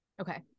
Okay